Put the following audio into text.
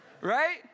Right